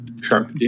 Sure